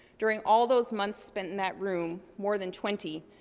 during all those months spent in that room, more than twenty,